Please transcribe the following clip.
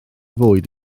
fwyd